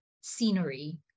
scenery